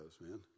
man